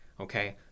Okay